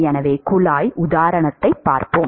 எனவே குழாய் உதாரணத்தைப் பார்ப்போம்